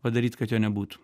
padaryt kad jo nebūtų